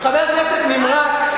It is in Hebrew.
חבר כנסת נמרץ,